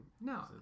no